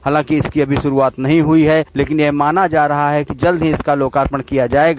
हालांकि इसकी अभी शुरूआत नहीं हुई है लेकिन यह माना जा रहा है कि जल्द ही इसका लोकार्पण किया जाएगा